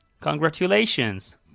Congratulations